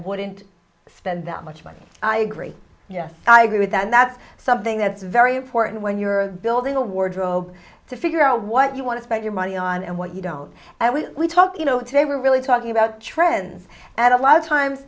wouldn't spend that much money i agree yes i agree with that and that's something that's very important when you're building a wardrobe to figure out what you want to spend your money on and what you don't and we talk you know today we're really talking about trends and a lot of times